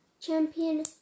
champion